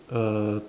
uh